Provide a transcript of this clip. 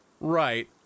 Right